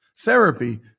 Therapy